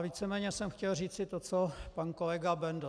Víceméně jsem chtěl říci to co pan kolega Bendl.